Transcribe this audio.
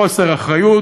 חוסר אחריות,